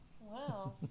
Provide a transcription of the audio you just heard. Wow